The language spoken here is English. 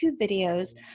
videos